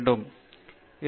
எனவே அது அவற்றின் குறைபாடு